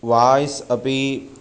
वाय्स् अपि